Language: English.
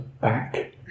back